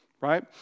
Right